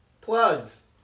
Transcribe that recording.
Plugs